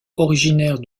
originaire